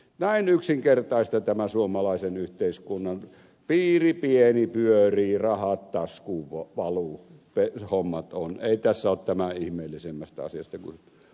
näin yksinkertaista tämä suomalaisen yhteiskunnan piiri pieni pyörii rahat taskuun valuu homma on ei tässä ole tämän ihmeellisemmästä asiasta kyse